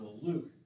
Luke